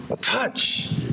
touch